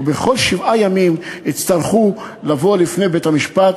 ובכל שבעה ימים יצטרכו לבוא לפני בית-המשפט